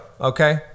okay